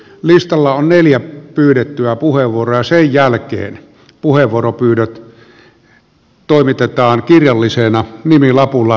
listalla on neljä pyydettyä puheenvuoroa ja sen jälkeen puheenvuoropyynnöt toimitetaan kirjallisina nimilapulla notaarille